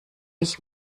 ich